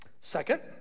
Second